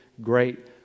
great